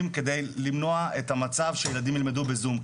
על מנת למנוע את המצב שבו הילדים ילמדו בזום.